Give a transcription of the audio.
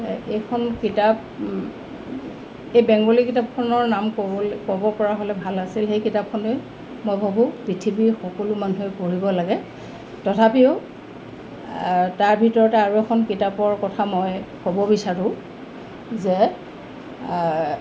এইখন কিতাপ এই বেংগলী কিতাপখনৰ নাম ক'বলৈ ক'ব পৰা হ'লে ভাল আছিল সেই কিতাপখনেই মই ভাবোঁ পৃথিৱীৰ সকলো মানুহে পঢ়িব লাগে তথাপিও তাৰ ভিতৰতে আৰু এখন কিতাপৰ কথা মই ক'ব বিচাৰোঁ যে